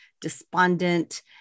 despondent